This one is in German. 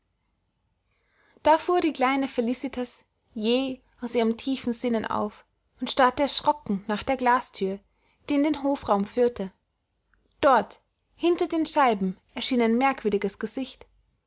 fuhr die kleine felicitas jäh aus ihrem tiefen sinnen auf und starrte erschrocken nach der glasthür die in den hofraum führte dort hinter den scheiben erschien ein merkwürdiges gesicht